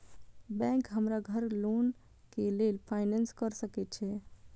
Bank हमरा घर loan के लेल फाईनांस कर सके छे?